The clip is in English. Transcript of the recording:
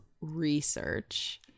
research